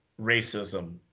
racism